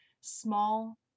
small